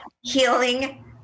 Healing